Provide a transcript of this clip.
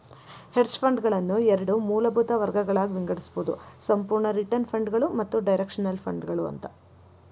hedge ಫಂಡ್ಗಳನ್ನ ಎರಡ್ ಮೂಲಭೂತ ವರ್ಗಗದಾಗ್ ವಿಂಗಡಿಸ್ಬೊದು ಸಂಪೂರ್ಣ ರಿಟರ್ನ್ ಫಂಡ್ಗಳು ಮತ್ತ ಡೈರೆಕ್ಷನಲ್ ಫಂಡ್ಗಳು ಅಂತ